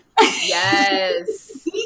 Yes